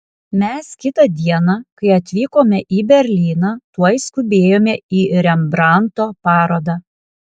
mes kitą dieną kai atvykome į berlyną tuoj skubėjome į rembrandto parodą